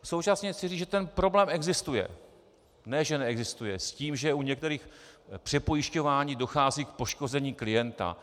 Současně chci říci, že ten problém existuje, ne že neexistuje, s tím, že u některých přepojišťování dochází k poškození klienta.